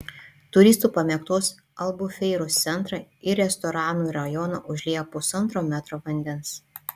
turistų pamėgtos albufeiros centrą ir restoranų rajoną užliejo pusantro metro vandens